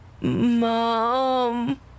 Mom